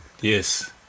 Yes